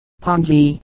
pongee